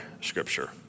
scripture